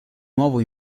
nuovo